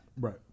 Right